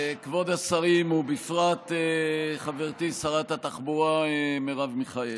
כבוד השרים, ובפרט חברתי שרת התחבורה מרב מיכאלי,